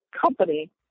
company